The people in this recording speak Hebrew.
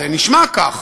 זה נשמע כך.